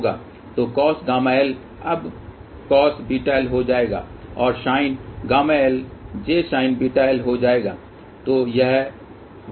तो coshγl अब coshβl हो जाएगा और sinhγl jsinβl हो जाएगा